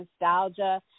nostalgia